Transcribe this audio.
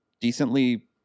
decently